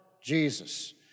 Jesus